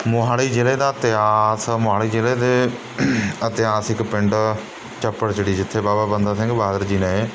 ਮੋਹਾਲੀ ਜ਼ਿਲ੍ਹੇ ਦਾ ਇਤਿਹਾਸ ਮੋਹਾਲੀ ਜ਼ਿਲ੍ਹੇ ਦੇ ਇਤਿਹਾਸਿਕ ਪਿੰਡ ਚੱਪੜਚਿੜੀ ਜਿੱਥੇ ਬਾਬਾ ਬੰਦਾ ਸਿੰਘ ਬਹਾਦਰ ਜੀ ਨੇ